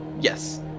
Yes